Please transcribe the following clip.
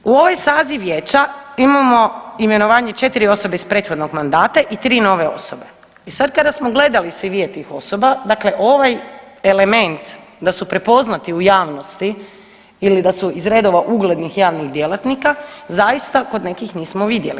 E sad u ovaj saziv vijeća imamo imenovanje 4 osobe iz prethodnog mandata i 3 nove osobe i sad kada smo gledali CV tih osoba, dakle ovaj element da su prepoznati u javnosti ili da su iz redova uglednih javnih djelatnika zaista kod nekih nismo vidjeli.